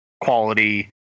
quality